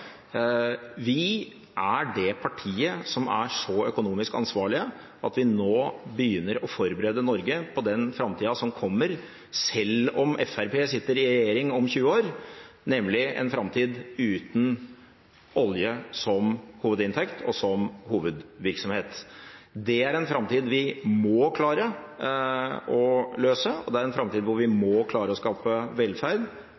Vi er det partiet som er så økonomisk ansvarlige at vi nå begynner å forberede Norge på den framtida som kommer – selv om Fremskrittspartiet sitter i regjering om 20 år – nemlig en framtid uten olje som hovedinntekt og som hovedvirksomhet. Det er en framtid vi må klare å løse, og det er en framtid hvor vi må klare å skape velferd